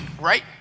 right